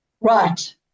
Right